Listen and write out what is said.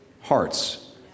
hearts